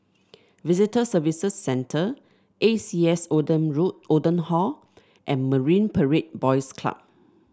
Visitor Services Centre A C S Oldham Road Oldham Hall and Marine Parade Boys Club